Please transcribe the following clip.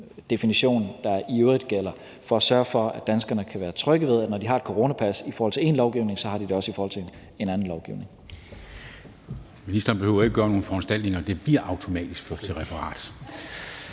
definition, der i øvrigt gælder, for at sørge for, at danskerne kan være trygge ved, at de, når de har et coronapas i forhold til én lovgivning, så også har det i forhold en anden lovgivning. Kl. 14:00 Formanden (Henrik Dam Kristensen): Ministeren behøver ikke gøre nogen foranstaltninger. Det bliver automatisk ført til referat.